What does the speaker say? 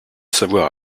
savoir